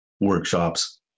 workshops